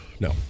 No